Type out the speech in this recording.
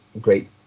great